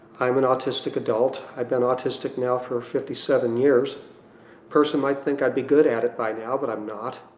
i'm an autistic adult. i've been autistic now for fifty seven years. a person might think i'd be good at it by now but i'm not.